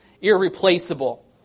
irreplaceable